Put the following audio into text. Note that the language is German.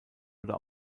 oder